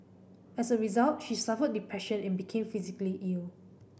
as a result she suffered depression and became physically ill